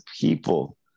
people